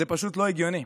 זה פשוט לא הגיוני.